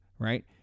Right